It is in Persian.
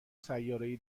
سیارهای